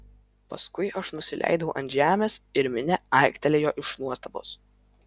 paskui aš nusileidau ant žemės ir minia aiktelėjo iš nuostabos